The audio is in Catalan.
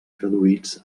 traduïts